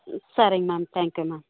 சரிங்க ma'am thank you ma'am